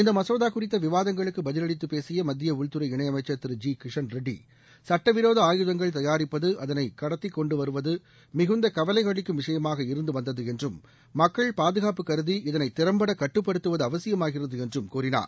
இந்த மசோதா குறித்த விவாதங்களுக்கு பதிலளித்து பேசிய மத்திய உள்துறை இணையமைச்சர் திரு ஜி கிஷண்ரெட்டி சுட்டவிரோத ஆயுதங்கள் தயாரிப்பது அதனை கடந்தி கொண்டு வருவது மிகுந்த கவலையளிக்கும் விஷயமாக இருந்து வந்தது என்றும் மக்கள் பாதுகாப்பு கருதி இதனை திறம்பட கட்டுப்படுத்துவது அவசியமாகிறது என்றும் கூறினார்